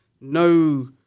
no